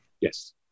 Yes